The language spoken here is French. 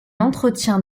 entretient